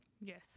Yes